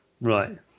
Right